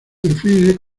define